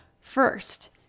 First